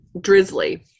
Drizzly